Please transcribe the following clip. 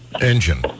engine